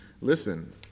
Listen